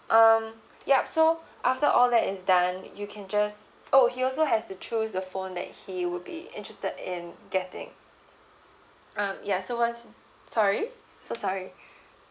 um yup so after all that is done you can just oh he also has tp choose the phone that he would be interested in getting um ya once sorry so sorry